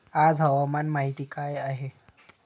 आज हवामान माहिती काय आहे?